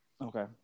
Okay